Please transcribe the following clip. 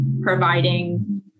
providing